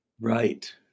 Right